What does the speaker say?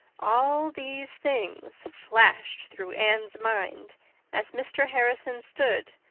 all these things flashed through anne's mind as mr. harrison stood,